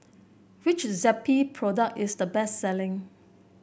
which Zappy product is the best selling